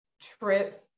trips